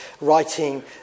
writing